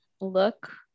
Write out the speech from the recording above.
look